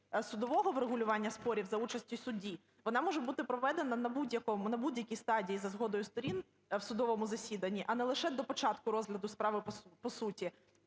судового врегулювання спорів за участі судді, вона може бути проведена на будь-якій стадії за згодою сторін в судовому засіданні, а не лише до початку розгляду справи по суті.